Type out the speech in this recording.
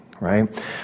right